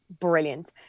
brilliant